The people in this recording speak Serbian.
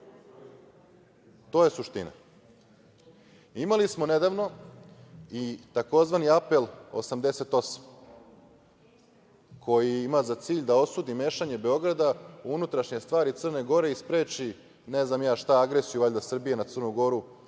To je suština. Imali smo nedavno i tzv. „Apel 88“, koji ima za cilj da osudi mešanje Beograda u unutrašnje stvari Crne Gore i spreči, ne znam ni ja šta, agresiju valjda Srbije na Crnu Goru